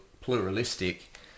pluralistic